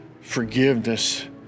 forgiveness